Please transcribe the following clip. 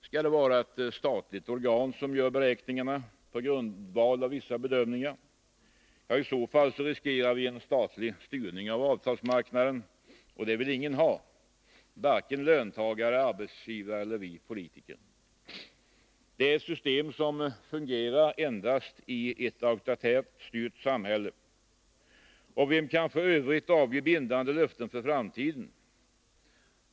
Skall det vara ett statligt organ som skall göra beräkningarna på grundval av vissa bedömningar? I så fall riskerar vi en statlig styrning av avtalsmarknaden, och det vill ingen ha, varken löntagare, arbetsgivare eller vi politiker. Det är ett system som fungerar endast i ett auktoritärt styrt samhälle. Och vem kan f. ö. avge bindande löften för framtiden?